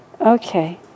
Okay